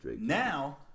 Now